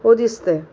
हो दिसतं आहे